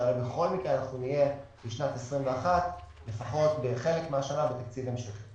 שהרי בכל מקרה אנחנו נהיה בשנת 2021 לפחות בחלק מן השנה בתקציב המשכי.